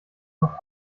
noch